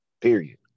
period